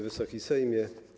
Wysoki Sejmie!